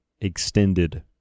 extended